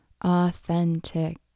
authentic